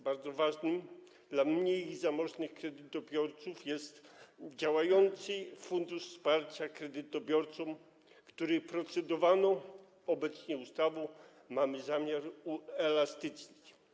Bardzo ważny dla mniej zamożnych kredytobiorców jest Fundusz Wsparcia Kredytobiorców, który procedowaną obecnie ustawą mamy zamiar uelastycznić.